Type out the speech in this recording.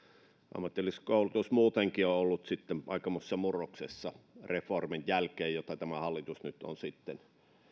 ammatillinen koulutus muutenkin on on ollut aikamoisessa murroksessa reformin jälkeen jota tämä hallitus nyt on sitten